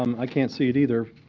um i can't see it, either.